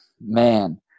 man